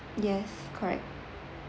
yes correct